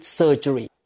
surgery